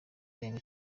irenga